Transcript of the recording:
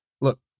Look